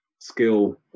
skill